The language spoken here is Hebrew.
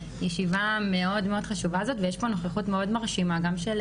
והישיבה המאוד חשובה הזאת ויש פה נוכחות מאוד מרשימה גם של